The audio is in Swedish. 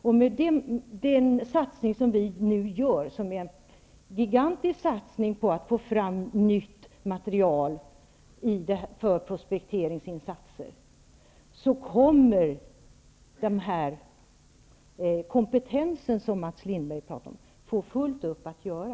Med den gigantiska satsning vi nu gör på att få fram nytt material för prospekteringsinsatser, kommer den kompetens som Mats Lindberg talar om att få fullt upp att göra.